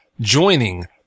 joining